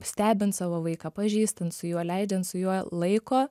stebint savo vaiką pažįstant su juo leidžiant su juo laiko